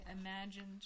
imagined